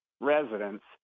residents